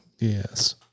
Yes